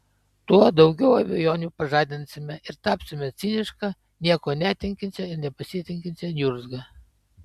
tuo daugiau abejonių pažadinsime ir tapsime ciniška niekuo netikinčia ir nepasitikinčia niurzga